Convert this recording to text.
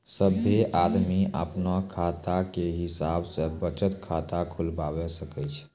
सभ्भे आदमी अपनो कामो के हिसाब से बचत खाता खुलबाबै सकै छै